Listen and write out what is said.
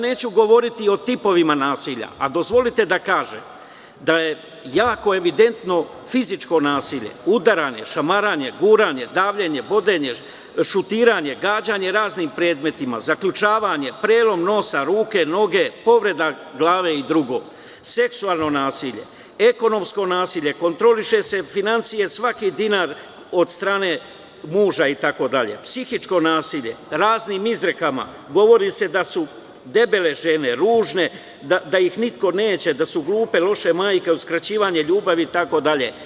Neću govoriti o tipovima nasilja, a dozvolite da kažem da je jako evidentno fizičko nasilje, udaranje, šamaranje, guranje, davljenje, bodenje, šutiranje, gađanje raznim predmetima, zaključavanje, prelom nosa, ruke, noge, povreda glave i drugo, seksualno nasilje, ekonomsko nasilje, kontrolišu se finansije, svaki dinar od strane muža itd, psihičko nasilje raznim izrekama, govori se da su debele žene, ružne, da ih niko neće, da su glupe, loše majke, uskraćivanje ljubavi itd.